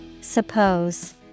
Suppose